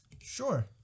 sure